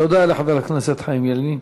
תודה לחבר הכנסת חיים ילין.